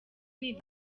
lil